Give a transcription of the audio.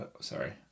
Sorry